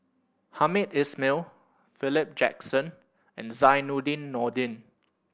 Hamed Ismail Philip Jackson and Zainudin Nordin